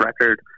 record